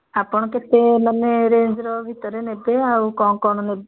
ଆପଣ କେତେ ମାନେ ରେଞ୍ଜ୍ର ଭିତରେ ନେବେ ଆଉ କଣ କ'ଣ ନେବେ